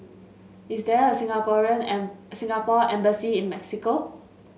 is there a Singaporean and Singapore Embassy in Mexico